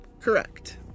Correct